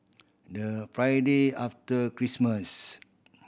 the Friday after Christmas